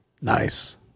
Nice